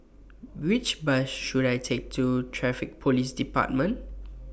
Which Bus should I Take to Traffic Police department